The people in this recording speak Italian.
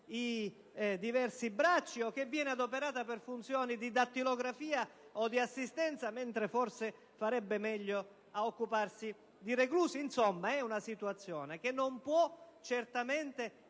i diversi bracci, o che viene impiegato per funzioni di dattilografia o assistenza mentre forse farebbe meglio ad occuparsi di reclusi. Insomma, è una situazione che non può certamente